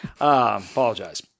apologize